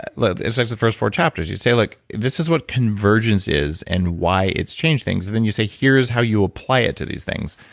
ah like it's like the first four chapters, you say like, this is what convergence is and why it's changed things. then you say, here's how you apply it to these things.